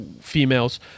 females